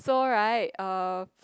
so right uh